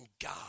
God